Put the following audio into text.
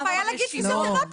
מה הבעיה להגיד פיזיותרפיה?